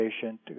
patient